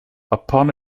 upon